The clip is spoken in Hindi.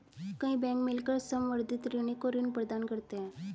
कई बैंक मिलकर संवर्धित ऋणी को ऋण प्रदान करते हैं